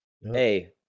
Hey